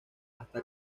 hasta